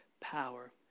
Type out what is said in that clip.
power